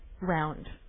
round